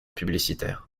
publicitaires